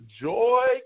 joy